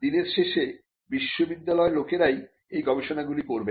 দিনের শেষে বিশ্ববিদ্যালয়ের লোকেরাই এই গবেষণাগুলি করবেন